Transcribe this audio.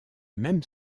même